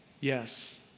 Yes